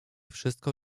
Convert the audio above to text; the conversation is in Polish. wszystko